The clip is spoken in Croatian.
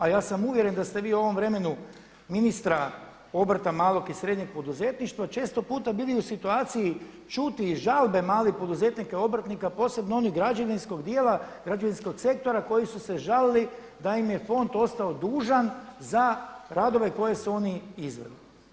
A ja sam uvjeren da ste vi u ovom vremenu ministra obrta, malog i srednjeg poduzetništva često puta bili u situaciji čuti iz žalbe malih poduzetnika i obrtnika posebno onih građevinskog dijela, građevinskog sektora koji su se žalili da im je Fond ostao dužan za radove koje su oni izveli.